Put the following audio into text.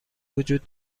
وجود